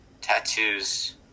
Tattoos